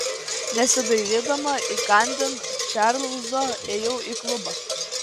nesidairydama įkandin čarlzo ėjau į klubą